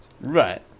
Right